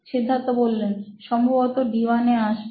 সিদ্ধার্থ সম্ভবত D1এ আসবে